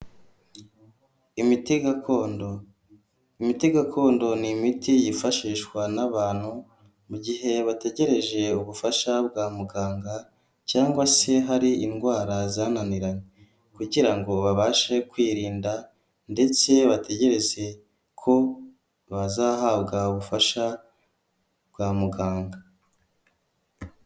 Imiti gakondo imiti gakondo n'imiti yifashishwa n'abantu mu gihe bategereje ubufasha bwa muganga cyangwa se hari indwara zananiranye, kugira ngo babashe kwirinda ndetse bategereze ko bazahabwa ubufasha bwa muganga.